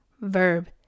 verb